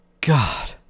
God